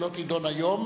יריב לוין,